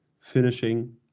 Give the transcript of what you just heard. finishing